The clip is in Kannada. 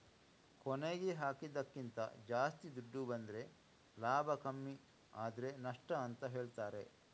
ಕೊನೆಗೆ ಹಾಕಿದ್ದಕ್ಕಿಂತ ಜಾಸ್ತಿ ದುಡ್ಡು ಬಂದ್ರೆ ಲಾಭ ಕಮ್ಮಿ ಆದ್ರೆ ನಷ್ಟ ಅಂತ ಹೇಳ್ತಾರೆ